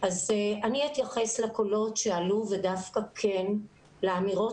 אני אתייחס לקולות שעלו ודווקא כן לאמירות